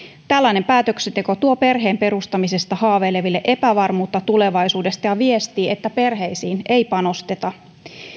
tällainen päätöksenteko tuo perheen perustamisesta haaveileville epävarmuutta tulevaisuudesta ja viestii että perheisiin ei panosteta